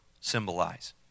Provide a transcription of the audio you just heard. symbolize